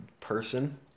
person